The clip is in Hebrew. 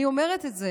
אני אומרת את זה,